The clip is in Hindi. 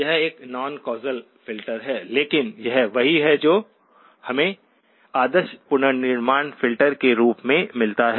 यह एक नॉन कौसल फ़िल्टर है लेकिन यह वही है जो हमें आदर्श पुनर्निर्माण फ़िल्टर के रूप में मिलता है